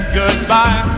goodbye